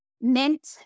Mint